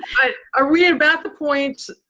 ah but are we at about the point,